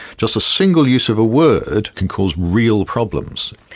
just a single use of a word can cause real problems.